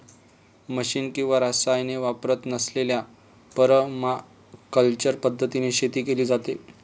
machine किंवा रसायने वापरत नसलेल्या परमाकल्चर पद्धतीने शेती केली जाते